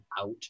out